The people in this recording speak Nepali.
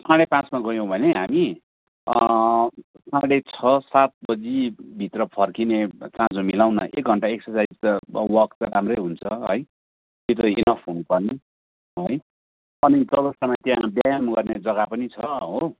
साढे पाँचमा गयौँ भने हामी साढे छ सात बजीभित्र फर्किने चाँजो मिलाउन एक घन्टा एक्ससाइज त वाक त राम्रै हुन्छ है त्यो त इनफ हुनुपर्ने है अनि चौरस्तामा त्यहाँ व्यायाम गर्ने जग्गा पनि छ हो